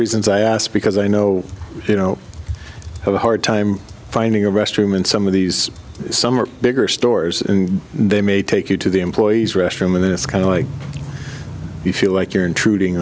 reasons i asked because i know you know have a hard time finding a restroom and some of these some are bigger stores and they may take you to the employee's restroom and it's kind of like you feel like you're intruding